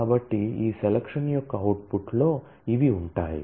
కాబట్టి ఈ సెలక్షన్ యొక్క అవుట్పుట్లో ఇవి ఉంటాయి